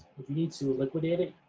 if you need to liquidate it,